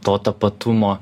to tapatumo